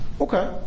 Okay